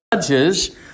Judges